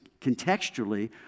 contextually